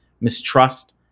mistrust